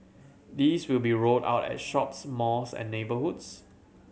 these will be rolled out at shops malls and neighbourhoods